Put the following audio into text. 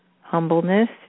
Humbleness